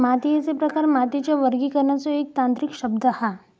मातीयेचे प्रकार मातीच्या वर्गीकरणाचो एक तांत्रिक शब्द हा